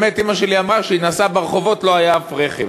באמת אימא שלי אמרה שכשהיא נסעה ברחובות לא היה שום רכב.